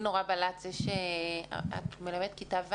לי נורא בלט זה שאת מלמדת כיתה ו'.